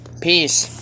Peace